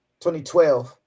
2012